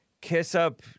kiss-up